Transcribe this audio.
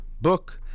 book